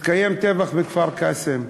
התקיים טבח בכפר-קאסם,